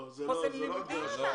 לא, זאת לא ההגדרה.